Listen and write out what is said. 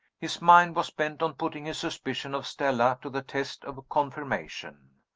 his mind was bent on putting his suspicion of stella to the test of confirmation.